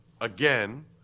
again